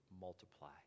multiply